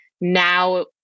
now